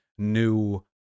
new